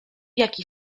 jaki